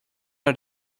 are